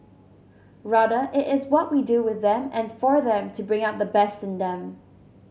rather it is what we do with them and for them to bring out the best in them